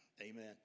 Amen